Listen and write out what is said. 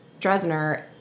Dresner